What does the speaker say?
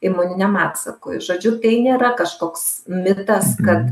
imuniniam atsakui žodžiu tai nėra kažkoks mitas kad